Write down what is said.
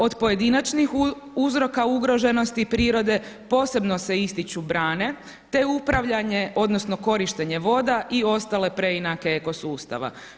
Od pojedinačnih uzroka ugroženosti prirode posebno se ističu brane te upravljanje odnosno korištenje voda i ostale preinake eko sustava.